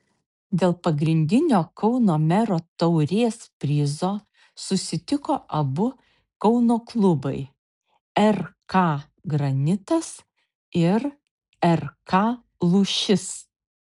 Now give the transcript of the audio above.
dėl pagrindinio kauno mero taurės prizo susitiko abu kauno klubai rk granitas ir rk lūšis